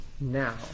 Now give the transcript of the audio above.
now